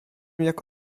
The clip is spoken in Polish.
jak